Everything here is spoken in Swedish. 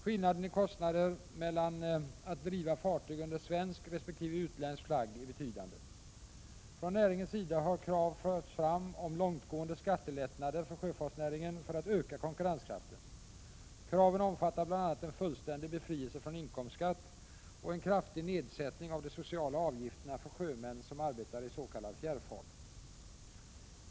Skillnaden i kostnader mellan att driva fartyg under svensk resp. utländsk flagg är betydande. Från näringens sida har krav förts fram om långtgående skattelättnader för sjöfartsnäringen för att öka konkurrenskraften. Kraven omfattar bl.a. en fullständig befrielse från inkomstskatt och en kraftig nedsättning av de sociala avgifterna för sjömän som arbetar i s.k. fjärrfart.